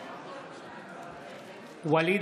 (קורא בשמות חברי הכנסת) ואליד